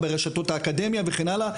ברשתות האקדמיה וכן הלאה.